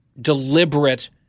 deliberate